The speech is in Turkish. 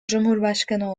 cumhurbaşkanı